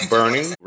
Burning